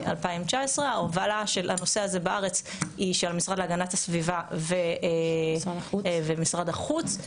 2019. ההובלה של הנושא הזה בארץ היא של המשרד להגנת הסביבה ומשרד החוץ.